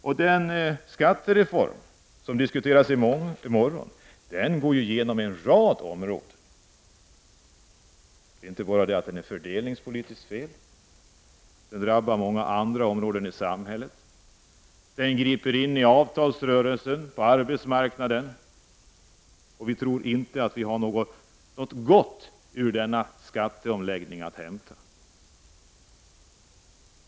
Och den skattereform som skall diskuteras i morgon slår igenom på en rad områden. Den är inte bara fördelningspolitiskt felaktig. Den drabbar många andra områden i samhället. Den griper in i avtalsrörelsen och på arbetsmarknaden. Vi tror inte att vi har något gott att hämta ur denna skatteomläggning.